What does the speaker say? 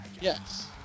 Yes